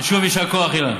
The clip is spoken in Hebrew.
שוב יישר כוח, אילן.